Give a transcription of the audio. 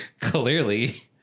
clearly